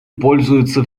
пользуется